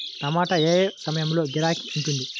టమాటా ఏ ఏ సమయంలో గిరాకీ ఉంటుంది?